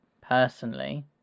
personally